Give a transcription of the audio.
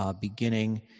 beginning